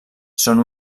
són